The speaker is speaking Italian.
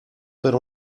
per